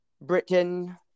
Britain